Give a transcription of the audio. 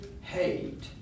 hate